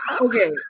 okay